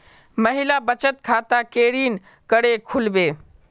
महिला बचत खाता केरीन करें खुलबे